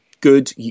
good